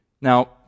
Now